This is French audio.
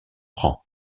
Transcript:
rang